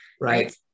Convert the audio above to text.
Right